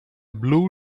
blue